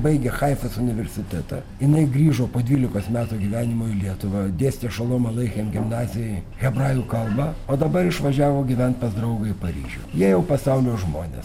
baigė haifos universitetą jinai grįžo po dvylikos metų gyvenimo į lietuvą dėstė šolom aleichem gimnazijoj hebrajų kalbą o dabar išvažiavo gyvent pas draugą į paryžių jie jau pasaulio žmonės